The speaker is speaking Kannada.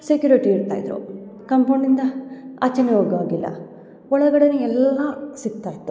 ಸೆಕ್ಯುರಿಟಿ ಇರ್ತಾ ಇದ್ದರು ಕಂಪೌಂಡಿಂದ ಆಚೆ ಹೋಗೊ ಹಾಗಿಲ್ಲ ಒಳಗಡೆಯೇ ಎಲ್ಲ ಸಿಗ್ತಾ ಇತ್ತು